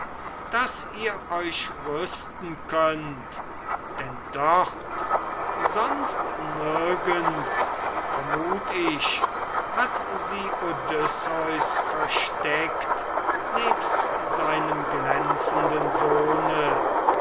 daß ihr euch rüsten könnt denn dort sonst nirgends vermut ich hat sie odysseus versteckt nebst seinem glänzenden sohne